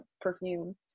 perfume